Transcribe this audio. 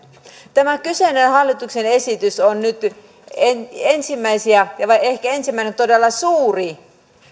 tämä kyseinen hallituksen esitys on nyt ensimmäisiä tai ehkä ensimmäinen todella suuri